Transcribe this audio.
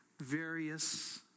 various